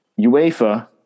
UEFA